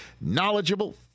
knowledgeable